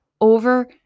over